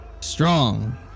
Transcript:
strong